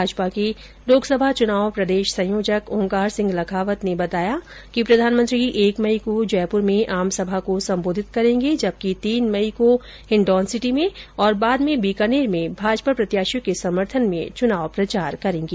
भाजपा के लोकसभा चुनाव प्रदेश संयोजक ओंकार सिंह लखावत ने यह जानकारी देते हुए बताया कि प्रधानमंत्री एक मई को जयपुर में आमसभा को सम्बोधित करेंगे जबकि तीन मई को वह हिण्डौनसिटी में और बाद में बीकानेर में भाजपा प्रत्याशियों के समर्थन में आमसभाओं को सम्बोधित करेंगे